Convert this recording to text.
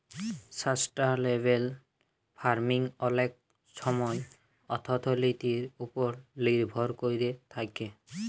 sustainable farming অলেক ছময় অথ্থলিতির উপর লির্ভর ক্যইরে থ্যাকে